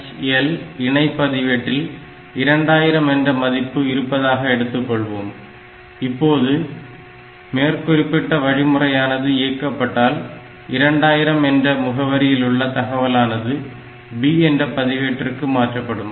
HL இணை பதிவேட்டில் 2000 என்ற மதிப்பு இருப்பதாக எடுத்துக்கொள்வோம் இப்போது மேற்குறிப்பிட்ட வழிமுறையானது இயக்கப்பட்டால் 2000 என்ற முகவரியில் உள்ள தகவலானது B என்ற பதிவேட்டிற்கு மாற்றப்படும்